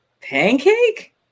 Pancake